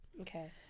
Okay